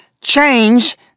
change